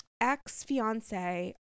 ex-fiance